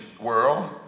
world